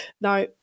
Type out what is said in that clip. Now